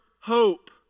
hope